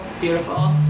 beautiful